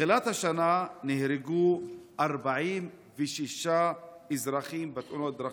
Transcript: מתחילת השנה נהרגו 46 אזרחים בתאונות דרכים.